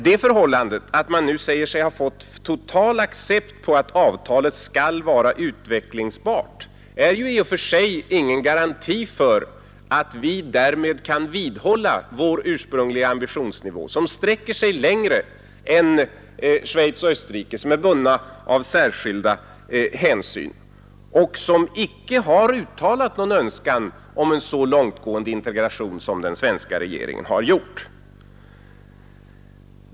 Det förhållandet att man nu säger sig ha fått total accept på att avtalet skall vara utvecklingsbart är ju i och för sig ingen garanti för att vi därmed kan vidhålla vår ursprungliga ambitionsnivå, som sträcker sig längre än vad som gäller för Schweiz och Österrike, som är bundna av särskilda hänsyn och som icke har uttalat någon önskan om en långtgående integration, såsom den svenska regeringen har gjort.